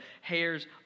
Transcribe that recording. hairs